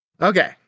Okay